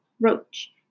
Roach